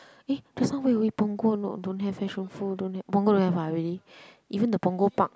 eh just now where were we Punggol no don't have eh don't ha~ Punggol don't have ah really even the Punggol park